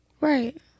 Right